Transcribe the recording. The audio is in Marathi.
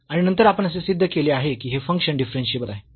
आणि नंतर आपण असे सिद्ध केले आहे की हे फंक्शन डिफरन्शियेबल आहे